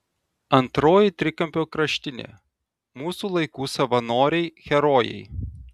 antroji trikampio kraštinė mūsų laikų savanoriai herojai